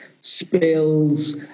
spills